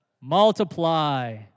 multiply